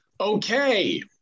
Okay